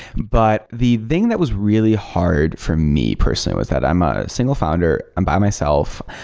but the thing that was really hard for me personally was that i'm a single founder. i'm by myself.